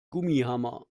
gummihammer